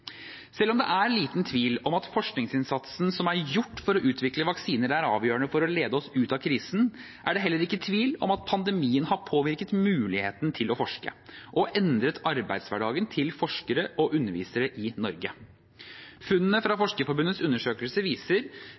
Selv om det er liten tvil om at den forskningsinnsatsen som er gjort for å utvikle vaksiner, er avgjørende for å lede oss ut av krisen, er det heller ikke tvil om at pandemien har påvirket muligheten til å forske og endret arbeidshverdagen til forskere og undervisere i Norge. Funnene fra Forskerforbundets undersøkelse viser